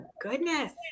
goodness